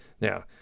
Now